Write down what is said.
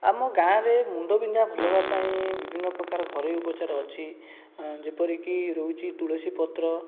ଆମ ଗାଁରେ ମୁଣ୍ଡ ବିନ୍ଧା ଭଲ ହେବା ପାଇଁ ବିଭିନ୍ନ ପ୍ରକାର ଘରୋଇ ଉପଚାର ଅଛି ଏଁ ଯେପରିକି ରହୁଛି ତୁଳସୀ ପତ୍ର